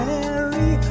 Mary